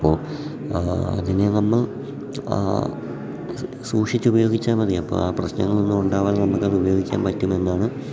അപ്പോൾ അതിനെ നമ്മൾ സൂക്ഷിച്ച് ഉപയോഗിച്ചാൽ മതി അപ്പം ആ പ്രശ്നങ്ങളൊന്നും ഉണ്ടാവാതെ നമുക്കത് ഉപയോഗിക്കാൻ പറ്റുമെന്നാണ്